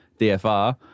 DFR